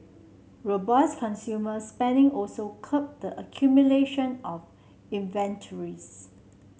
robust consumer spending also curbed the accumulation of inventories